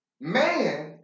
man